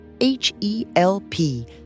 H-E-L-P